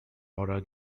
laura